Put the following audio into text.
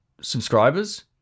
subscribers